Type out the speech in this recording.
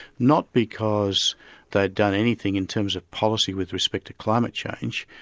not because they'd done anything in terms of policy with respect to climate change,